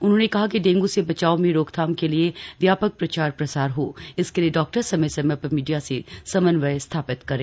उन्होंने कहा कि डेंगू से बचाव में रोकथाम के लिए व्यापक प्रचार प्रसार हो इसके लिए डॉक्टर समय समय पर मीडिया से समन्वय स्थापित करे